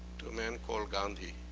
to a man called gandhi,